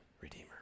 redeemer